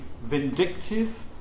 vindictive